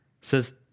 says